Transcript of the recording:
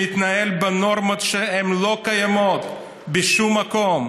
שמתנהל בנורמות שלא קיימות בשום מקום.